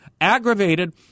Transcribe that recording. aggravated